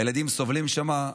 הילדים סובלים שם.